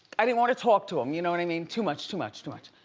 i didn't want to talk to him, you know what i mean? too much, too much, too much.